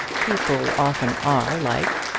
people often are like,